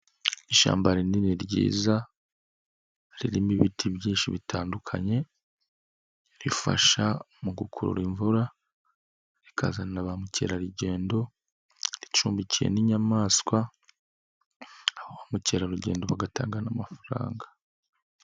Ishyamba rinini ryiza, ririmo ibiti byinshi bitandukanye, rifasha mu gukurura imvura, rikazana ba mukerarugendo, ricumbiki n'inyamaswa, ba mukerarugendo bagatanga amafaranga.